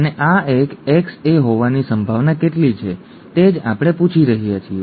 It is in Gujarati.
અને આ એક Xa હોવાની સંભાવના કેટલી છે તે જ આપણે પૂછી રહ્યા છીએ